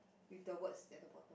with the words at the bottom